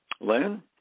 Len